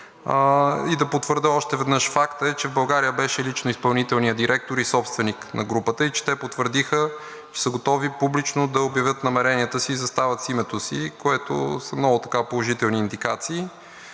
Да потвърдя още веднъж факта, че в България беше лично изпълнителният директор и собственик на групата и че те потвърдиха, че са готови публично да обявят намеренията си, застават с името си, което са много положителни индикации.